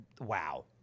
wow